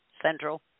Central